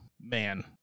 man